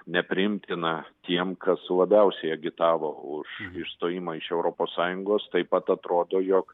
nepriimtina tiem kas labiausiai agitavo už išstojimą iš europos sąjungos taip pat atrodo jog